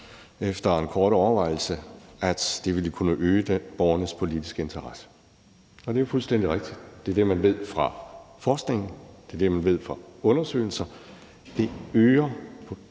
efter en kort overvejelse, at det ville kunne øge borgernes politiske interesse, og det er fuldstændig rigtigt. Det er det, man ved fra forskningen, og det er det, man ved fra undersøgelser. Det øger